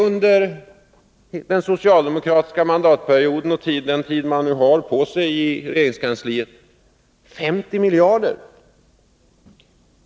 Under den socialdemokratiska regeringens mandatperiod innebär detta totalt 50 miljarder.